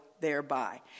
thereby